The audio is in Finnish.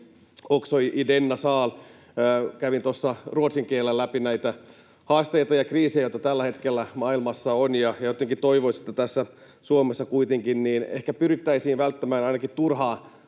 också i denna sal. Kävin tuossa ruotsin kielellä läpi näitä haasteita ja kriisejä, joita tällä hetkellä maailmassa on, ja jotenkin toivoisi, että täällä Suomessa kuitenkin ehkä pyrittäisiin välttämään ainakin turhaa